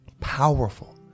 powerful